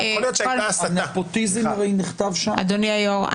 אדוני היו"ר,